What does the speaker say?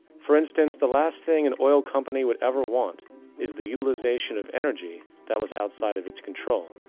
for instance, the last thing an oil company would ever want is the utilization of energy that was outside of it's control.